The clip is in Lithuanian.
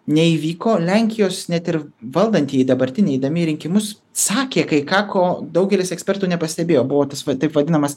neįvyko lenkijos net ir valdantieji dabartiniai eidami į rinkimus sakė kai ką ko daugelis ekspertų nepastebėjo buvo tas va taip vadinamas